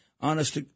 honest